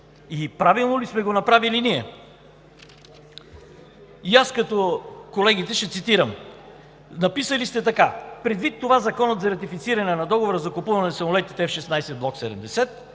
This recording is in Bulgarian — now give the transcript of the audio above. и правилно ли сме го направили ние? Аз, като колегите, ще цитирам. Написали сте така: „Предвид това Законът за ратифициране на договора за закупуване на самолетите F-16 Block 70,